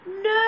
No